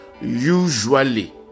usually